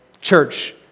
church